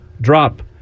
drop